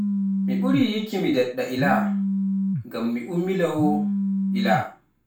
Mi ɓurii yikki mi daɗɗa ilaa, ngam mi ummilawoo ilaa